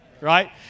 right